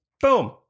boom